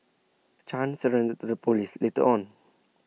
chan surrendered to the Police later on